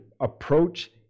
approach